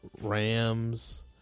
Rams